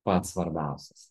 pats svarbiausias